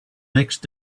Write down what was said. next